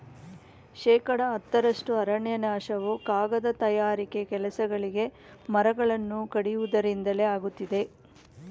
ಶೇಕಡ ಹತ್ತರಷ್ಟು ಅರಣ್ಯನಾಶವು ಕಾಗದ ತಯಾರಿಕೆ ಕೆಲಸಗಳಿಗೆ ಮರಗಳನ್ನು ಕಡಿಯುವುದರಿಂದಲೇ ಆಗುತ್ತಿದೆ